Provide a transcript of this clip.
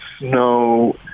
no